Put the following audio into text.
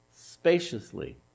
Spaciously